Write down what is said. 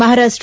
Maharashtra